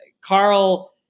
Carl